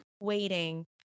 waiting